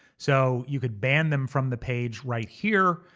so you could ban them from the page right here,